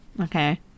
Okay